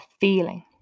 feeling